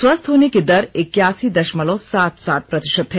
स्वस्थ होने की दर इक्यासी दशमलव सात सात प्रतिशत है